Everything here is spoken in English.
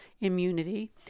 immunity